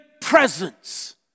presence